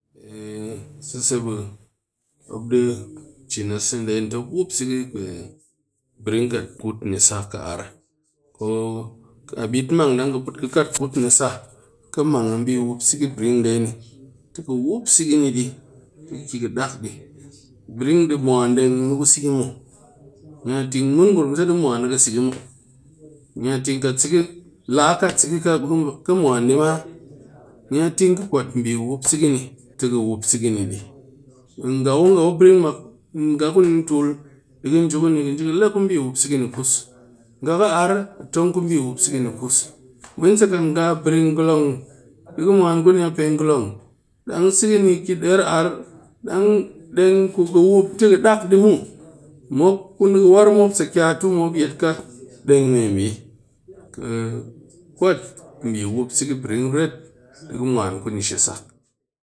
Sese be mop ɗe cin a seze nde ni tɨ mop wup sihi brin ni di kat kuut ni sah ar ko kat bit mang dang ka put ka kat kut ni sah, ki mang a bi wup sihi brin nde ni brin ni ki ka ki ka wup sihi ni di brin ni mwan deng sihi muw na ting mun ngurum di mu mwan a ka sehe mu kat la kat sihi ka be ka mwan di maa! Na ting ka kwat bi wup sihi nga ku nga ku brin ni tul de ke le bi wup sihi ni kus, nga ka ar ki le bi wup sihi ni kus, mwense de ka mwan ku ni a pe ngolon dang sihi ni ki der ar deng ku ka wup ti ka dak dɨ muw mop ku ka war mop sa kyat tu mop yet ka deng me bi.